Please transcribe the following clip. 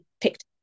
picked